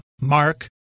Mark